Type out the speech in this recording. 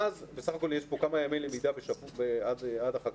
ואז בסך הכול יש פה כמה ימי למידה עד החגים.